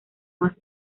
más